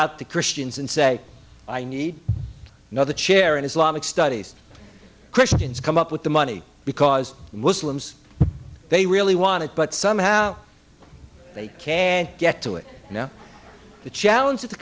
out to christians and say i need another chair in islamic studies christians come up with the money because muslims they really want it but somehow they can't get to it now the challenge to the